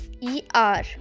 E-R